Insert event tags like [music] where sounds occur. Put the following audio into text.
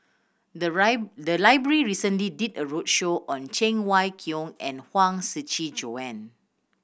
the [unintelligible] the library recently did a roadshow on Cheng Wai Keung and Huang Shiqi Joan